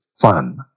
fun